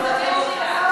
תתבייש לך.